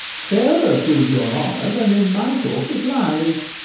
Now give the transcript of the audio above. fairer prove your honour than in my thought it lies!